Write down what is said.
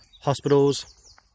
hospitals